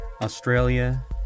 Australia